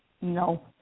No